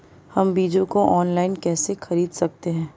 हम बीजों को ऑनलाइन कैसे खरीद सकते हैं?